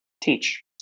Teach